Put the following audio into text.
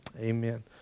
Amen